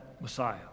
Messiah